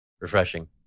refreshing